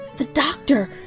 the doctor!